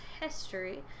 history